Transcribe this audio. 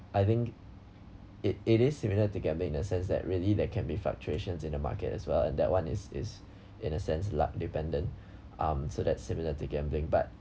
I think it it is similar to gambling in the sense that really that can be fluctuations in the market as well and that one is is in a sense luck dependent um so that similar to gambling but